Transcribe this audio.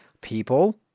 people